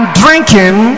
drinking